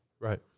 Right